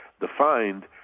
defined